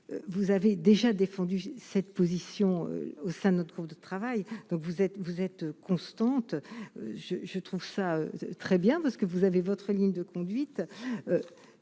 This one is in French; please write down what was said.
vous avez déjà défendu cette position au sein de notre cours de travail, donc vous êtes vous êtes constante, je trouve ça très bien parce que vous avez votre ligne de conduite,